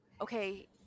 okay